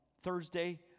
Thursday